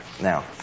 Now